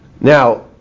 Now